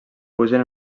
pugen